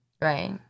Right